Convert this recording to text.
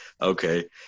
okay